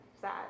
sad